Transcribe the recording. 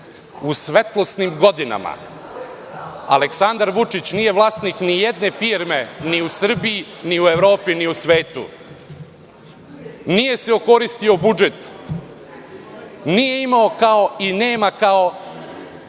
u svetlosnim godinama. Aleksandar Vučić nije vlasnik ni jedne firme ni u Srbiji, ni u Evropi, ni u svetu. Nije se okoristio o budžet, nije imao i nema kao